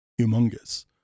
humongous